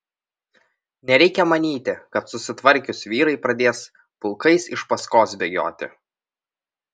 nereikia manyti kad susitvarkius vyrai pradės pulkais iš paskos bėgioti